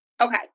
Okay